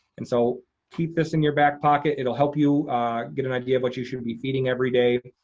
and so keep this in your back pocket. it'll help you get an idea of what you should be feeding every day.